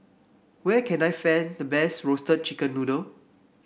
where can I find the best Roasted Chicken Noodle